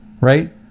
Right